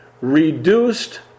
reduced